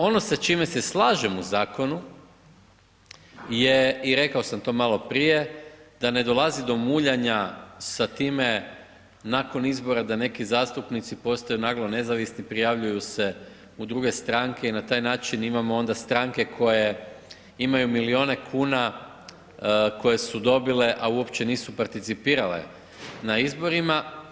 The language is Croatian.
Ono sa čime se slažem u zakonu je i rekao sam to malo prije da ne dolazi do muljanja sa time nakon izbora da neki zastupnici postaju naglo nezavisni, prijavljuju se u druge stranke i na taj način imamo onda stranke koje imaju milijune kuna koje su dobile, a uopće nisu participirale na izborima.